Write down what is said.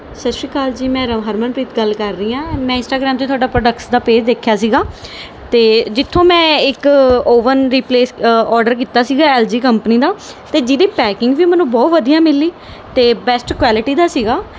ਸਤਿ ਸ਼੍ਰੀ ਅਕਾਲ ਜੀ ਮੈਂ ਰ ਹਰਮਨਪ੍ਰੀਤ ਗੱਲ ਕਰ ਰਹੀ ਹਾਂ ਮੈਂ ਇੰਸਟਾਗ੍ਰਾਮ 'ਤੇ ਤੁਹਾਡਾ ਪ੍ਰੋਡਕਟਸ ਦਾ ਪੇਜ ਦੇਖਿਆ ਸੀਗਾ ਅਤੇ ਜਿੱਥੋਂ ਮੈਂ ਇੱਕ ਓਵਨ ਰੀਪਲੇਸ ਔਰਡਰ ਕੀਤਾ ਸੀਗਾ ਐੱਲ ਜੀ ਕੰਪਨੀ ਦਾ ਅਤੇ ਜਿਹਦੀ ਪੈਕਿੰਗ ਵੀ ਮੈਨੂੰ ਬਹੁਤ ਵਧੀਆ ਮਿਲੀ ਅਤੇ ਬੈਸਟ ਕੁਆਲਿਟੀ ਦਾ ਸੀਗਾ